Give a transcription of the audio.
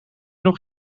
nog